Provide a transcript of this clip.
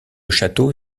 château